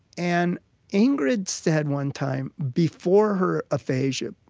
and ingrid said one time, before her aphasia,